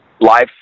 life